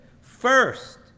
First